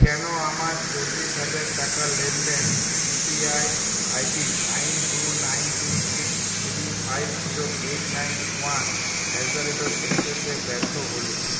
কেন আমার চল্লিশ হাজার টাকার লেনদেন U P I ID nine two nine two six three five zero eight nine one at the rate আ্যক্সিসে ব্যর্থ হল